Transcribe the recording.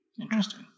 interesting